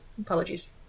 Apologies